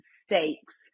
Stakes